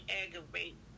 aggravate